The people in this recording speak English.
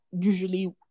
usually